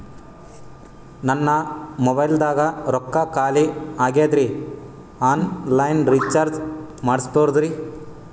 ನನ್ನ ಮೊಬೈಲದಾಗ ರೊಕ್ಕ ಖಾಲಿ ಆಗ್ಯದ್ರಿ ಆನ್ ಲೈನ್ ರೀಚಾರ್ಜ್ ಮಾಡಸ್ಬೋದ್ರಿ?